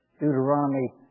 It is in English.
Deuteronomy